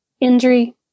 injury